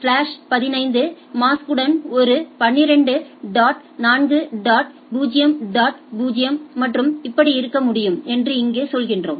slash 15 mask உடன் ஒரு 12 dot 4 dot 0 dot 0 மற்றும் இப்படி இருக்க முடியும் என்று இங்கே சொல்கிறோம்